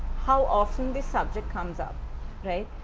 how often this subject comes up right.